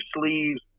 sleeves